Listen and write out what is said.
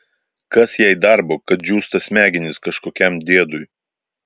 kas jai darbo kad džiūsta smegenys kažkokiam diedui